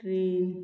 train